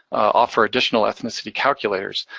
offer additional ethnicity calculators.